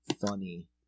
funny